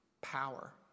power